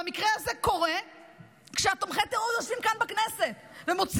המקרה הזה קורה כשתומכי טרור יושבים כאן בכנסת ומוציאים